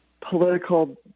political